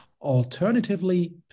Alternatively